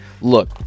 look